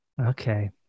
Okay